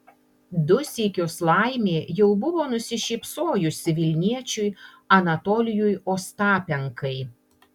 du sykius laimė jau buvo nusišypsojusi vilniečiui anatolijui ostapenkai